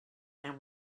and